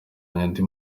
andi